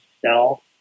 sell